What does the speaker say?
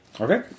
Okay